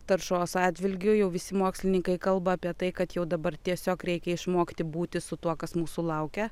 taršos atžvilgiu jau visi mokslininkai kalba apie tai kad jau dabar tiesiog reikia išmokti būti su tuo kas mūsų laukia